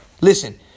Listen